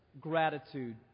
Gratitude